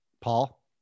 Paul